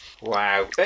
Wow